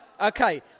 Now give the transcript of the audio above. Okay